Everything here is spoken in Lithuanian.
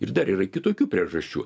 ir dar yra kitokių priežasčių